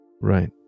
Right